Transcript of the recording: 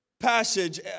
passage